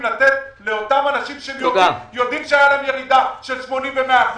לתת מענה לאותם אנשים כאשר הם יודעים שהיתה להם ירידה של 80% ו-100%.